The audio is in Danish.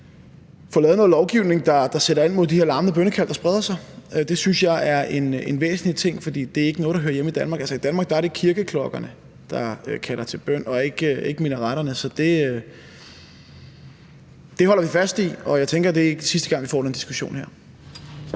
få lavet noget lovgivning, der sætter ind mod de her larmende bønnekald, der spreder sig. Det synes jeg er en væsentlig ting, for det er ikke noget, der hører hjemme i Danmark. I Danmark er det kirkeklokkerne, der kalder til bøn, og ikke minareterne, så det holder vi fast i, og jeg tænker, at det ikke er sidste gang, vi får den her diskussion.